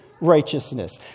righteousness